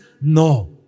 No